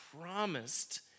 promised